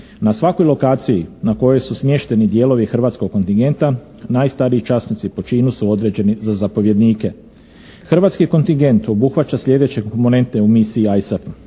Na svakoj lokaciji na kojoj su smješteni dijelovi hrvatskog kontingenta najstariji časnici po činu su određeni za zapovjednike. Hrvatski kontingent obuhvaća sljedećeg … u misiji ISAF: